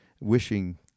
wishing